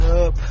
up